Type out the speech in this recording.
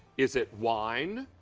is it wine,